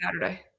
Saturday